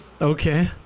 Okay